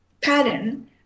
pattern